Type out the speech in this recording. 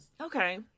Okay